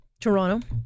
Toronto